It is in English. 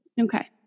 Okay